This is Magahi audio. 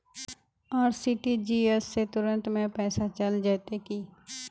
आर.टी.जी.एस से तुरंत में पैसा चल जयते की?